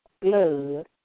blood